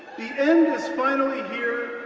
the end is finally here,